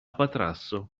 patrasso